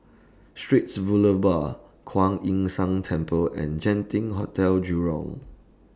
Straits Kuan Yin San Temple and Genting Hotel Jurong